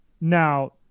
now